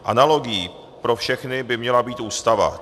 Analogií pro všechny by měla být Ústava.